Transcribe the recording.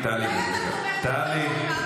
טלי,